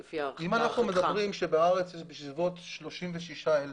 אם אנחנו אומרים שבארץ יש בסביבות 36,000